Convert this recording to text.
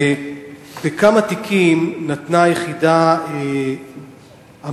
2. בכמה תיקים נתנה היחידה המלצה